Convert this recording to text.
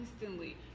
instantly